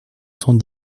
cent